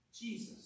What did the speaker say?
Jesus